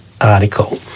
article